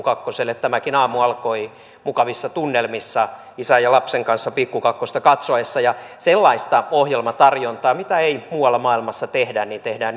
kakkoselle tämäkin aamu alkoi mukavissa tunnelmissa isän ja lapsen kanssa pikku kakkosta katsoessa sellaista ohjelmatarjontaa mitä ei muualla maailmassa tehdä tehdään